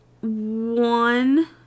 one